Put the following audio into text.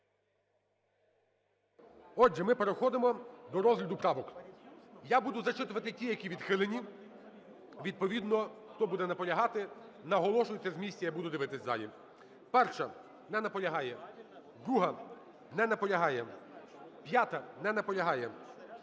Отже, ми переходимо до розгляду правок. Я буду зачитувати ті, які відхилені, відповідно, хто буде наполягати, наголошується з місця, я буду дивитись в залі. 1-а. Не наполягає. 2-а. Не наполягає. 5-а. Не наполягає.